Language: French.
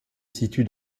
situe